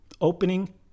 opening